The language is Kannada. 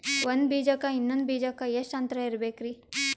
ಒಂದ್ ಬೀಜಕ್ಕ ಇನ್ನೊಂದು ಬೀಜಕ್ಕ ಎಷ್ಟ್ ಅಂತರ ಇರಬೇಕ್ರಿ?